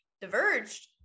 diverged